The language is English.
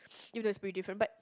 you know it's pretty different but